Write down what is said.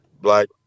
black